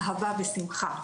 אהבה ושמחה,